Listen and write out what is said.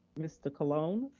mr. colon.